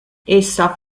essa